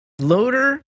Loader